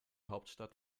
hauptstadt